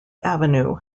avenue